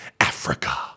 Africa